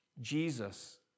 Jesus